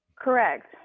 Correct